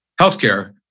healthcare